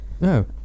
No